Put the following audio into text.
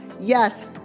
Yes